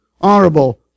honorable